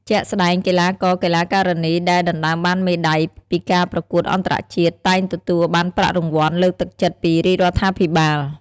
ជាក់ស្តែង កីឡាករ-កីឡាការិនីដែលដណ្តើមបានមេដាយពីការប្រកួតអន្តរជាតិ តែងទទួលបានប្រាក់រង្វាន់លើកទឹកចិត្តពីរាជរដ្ឋាភិបាល។